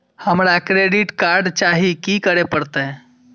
हमरा credit card चाही की करे परतै?